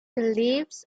leaves